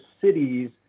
cities